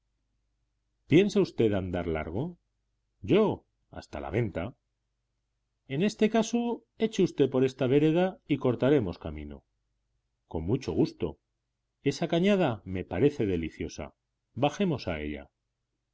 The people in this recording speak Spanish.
piensa usted andar largo yo hasta la venta en este caso eche usted por esa vereda y cortaremos camino con mucho gusto esa cañada me parece deliciosa bajemos a ella